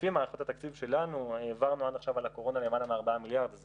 העברנו עד עכשיו על הקורונה למעלה מ-4 מיליארד, אז